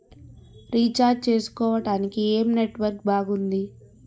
Recharge చేసుకోవటానికి ఏం network బాగుంది?